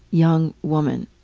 young woman,